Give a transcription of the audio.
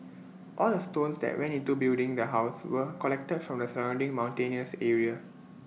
all the stones that went into building the house were collected from the surrounding mountainous area